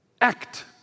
act